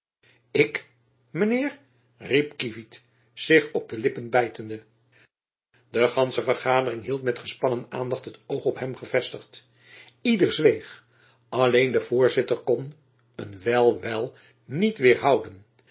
mijn heer riep kievit zich op de lippen bijtende de gandsche vergadering hield met gespannen aandacht het oog op hem gevestigd ieder zweeg alleen de voorzitter kon een wel wel niet